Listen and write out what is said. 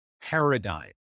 paradigm